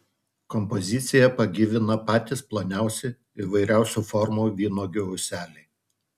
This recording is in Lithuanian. kompoziciją pagyvina patys ploniausi įvairiausių formų vynuogių ūseliai